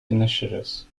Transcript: initiatives